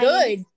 Good